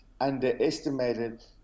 underestimated